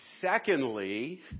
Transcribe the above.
Secondly